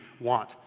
want